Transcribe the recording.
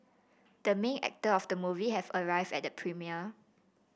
the main actor of the movie have arrived at the premiere